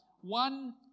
one